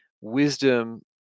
wisdom